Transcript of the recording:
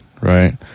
right